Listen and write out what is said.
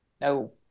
no